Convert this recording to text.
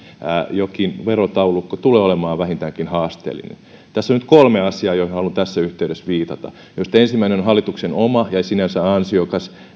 jokin verotaulukko tulee olemaan vähintäänkin haasteellinen tässä on nyt kolme asiaa joihin haluan tässä yhteydessä viitata niistä ensimmäinen on hallituksen oma ja sinänsä ansiokas